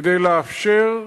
כדי לאפשר,